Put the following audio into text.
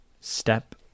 step